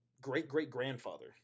great-great-grandfather